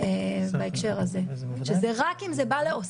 זה היה הרבה יותר פשוט להם,